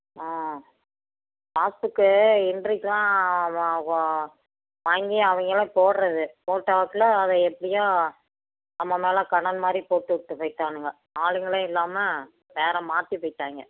ஆ pass book என்ட்ரிக்குலாம் வா வா வாங்கி அவர்களே போடுறது போட்டாப்புல அதை எப்படியோ நம்ம மேலே கடன் மாதிரி போட்டு விட்டு போய்ட்டானுங்க ஆளுங்களே இல்லாமல் வேறு மாற்றி போய்ட்டாய்ங்க